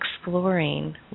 exploring